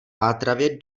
pátravě